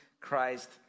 Christ